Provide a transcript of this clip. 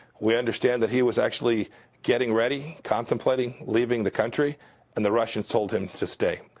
we understand that he was actually getting ready contemplating leaving the country and the russians told him to stay.